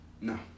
No